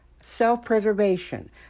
Self-preservation